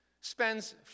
spends